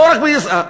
לא רק בישראל,